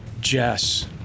Jess